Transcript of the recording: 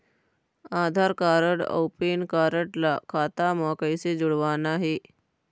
आधार card अऊ PAN card ला खाता म कइसे जोड़वाना हे?